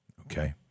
okay